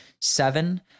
seven